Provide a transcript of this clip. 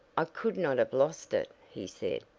i could not have lost it! he said,